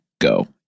go